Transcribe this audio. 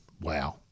wow